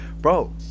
bro